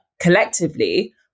collectively